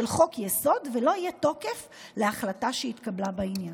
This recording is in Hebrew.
חוק-יסוד ולא יהיה תוקף להחלטה שהתקבלה בעניין.